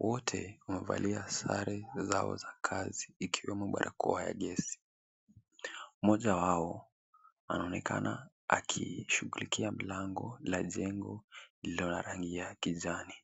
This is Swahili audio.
Wote wamevalia sare zao za kazi ikiwemo barakoa na jezi. Mmoja wao anaonekana akishughulikia mlango la jengo lililo na rangi ya kijani.